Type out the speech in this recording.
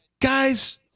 Guys